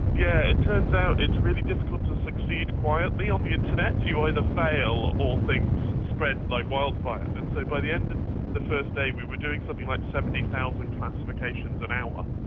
yeah it turns out it's really difficult to succeed quietly on the internet, you either fail ah or things spread like wildfire. and so by the end of the first day we were doing something like seventy thousand classifications an hour,